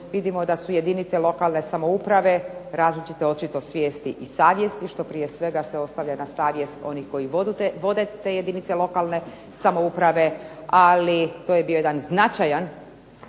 Vidimo da su jedinice lokalne samouprave različite očito svijesti i savjesti, što prije svega se ostavlja na savjest onih koji vode te jedinice lokalne samouprave, ali to je bio jedan značajan